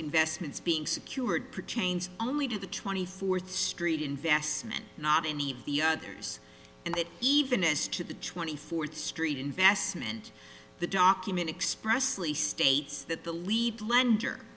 investments being secured pertains only to the twenty fourth street investment not any of the others and that even as to the twenty fourth street investment the document expressly states that the lead lender